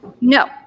No